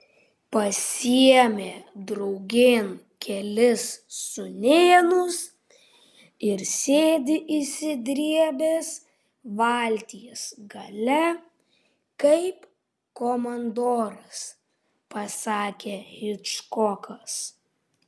pasiėmė draugėn kelis sūnėnus ir sėdi išsidrėbęs valties gale kaip komandoras pasakė hičkokas